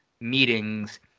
meetings